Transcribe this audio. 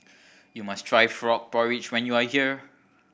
you must try frog porridge when you are here